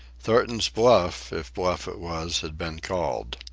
thornton's bluff, if bluff it was, had been called.